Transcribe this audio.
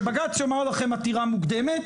שבג"ץ יאמר לכם עתירה מוקדמת.